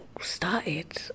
started